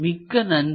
மிக்க நன்றி